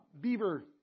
beaver